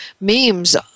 memes